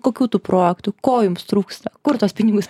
kokių tų projektų ko jums trūksta kur tuos pinigus